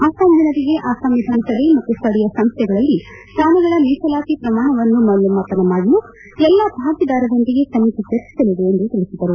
ಅಸ್ಸಾಂ ಜನರಿಗೆ ಅಸ್ಸಾಂ ವಿಧಾನಸಭೆ ಮತ್ತು ಸ್ಥಳೀಯ ಸಂಸ್ಥೆಗಳಲ್ಲಿ ಸ್ಥಾನಗಳ ಮೀಸಲಾತಿ ಪ್ರಮಾಣವನ್ನು ಮೌಲ್ಲಮಾಪನ ಮಾಡಲು ಎಲ್ಲಾ ಭಾಗಿದಾರರೊಂದಿಗೆ ಸಮಿತಿ ಚರ್ಚಿಸಲಿದೆ ಎಂದು ತಿಳಿಸಿದರು